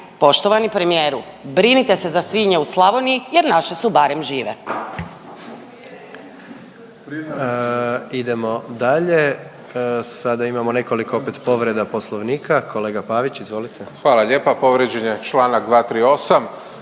poštovani premijeru, brinite se za svinje u Slavoniji jer naše su barem žive.